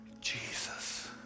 Jesus